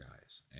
guys